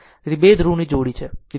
તેથી 2 ધ્રુવ જોડી